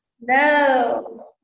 No